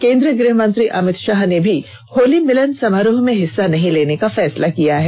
केंद्रीय गृहमंत्री अमित शाह ने भी होली मिलन समारोहों में हिस्सा नहीं लेने का फैसला किया है